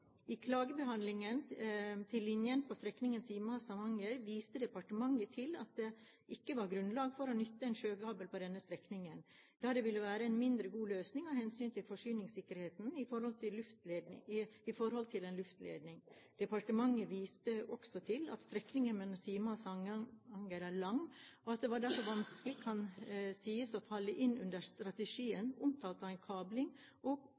var grunnlag for å nytte en sjøkabel på denne strekningen, da det ville være en mindre god løsning av hensyn til forsyningssikkerheten i forhold til en luftledning. Departementet viste også til at strekningen mellom Sima og Samnanger er lang, og at den derfor vanskelig kan sies å falle inn under strategiens omtale av